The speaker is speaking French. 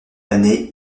année